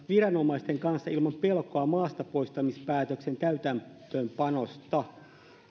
viranomaisten kanssa ilman pelkoa maastapoistamispäätöksen täytäntöönpanosta